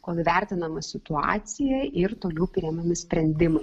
kol įvertinama situacija ir toliau priimami sprendimai